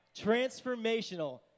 Transformational